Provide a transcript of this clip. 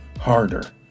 harder